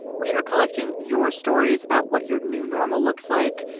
we are collecting your stories about what your new normal looks like.